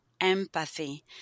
empathy